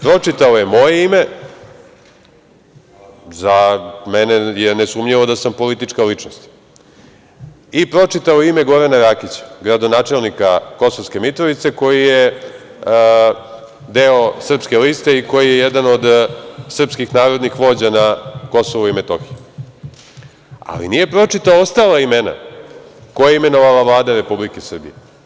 Pročitao je moje ime, za mene je nesumnjivo da sam politička ličnost, i pročitao je ime Gorana Rakića, gradonačelnika Kosovske Mitrovice koji je deo Srpske liste i koji je jedan od srpskih narodnih vođa na KiM, ali nije pročitao ostala imena koja je imenovala Vlada Republike Srbije.